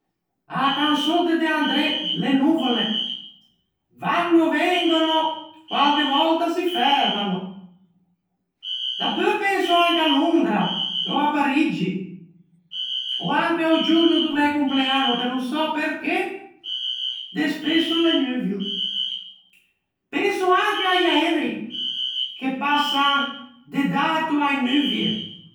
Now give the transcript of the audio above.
A-a canson de De André, "Le nuvole". "Vanno, vengono, qualche volta si fermano". Dapeu penso à Londra ò à Pariggi, ò anche a-o giorno do mæ compleanno, che no sò perché, de spesso o l'é nuvio. Penso anche a-i aeri, che passan de d'ato a-e nuvie.